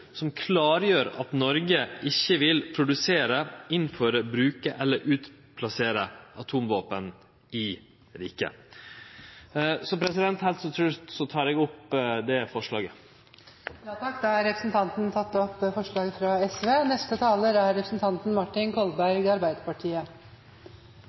som klargjer at Noreg ikkje vil produsere, innføre, bruke eller utplassere atomvåpen i riket. Heilt til slutt tek eg opp forslaga frå Venstre, SV og Miljøpartiet Dei Grøne. Da har representanten Bård Vegar Solhjell tatt opp